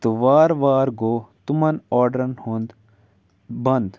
تہٕ وار وار گوٚو تِمَن آڈرَن ہُنٛد بنٛد